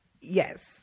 Yes